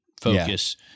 focus